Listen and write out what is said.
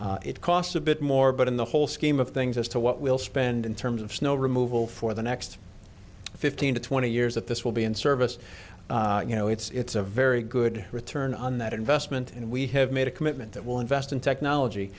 it costs a bit more but in the whole scheme of things as to what we'll spend in terms of snow removal for the next fifteen to twenty years that this will be in service you know it's a very good return on that investment and we have made a commitment that will invest in technology